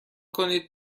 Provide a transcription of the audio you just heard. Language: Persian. کنید